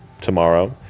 tomorrow